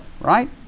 right